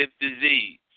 disease